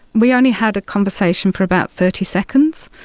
we only had a conversation for about thirty seconds.